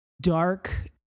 dark